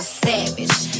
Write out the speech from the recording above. savage